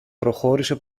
προχώρησε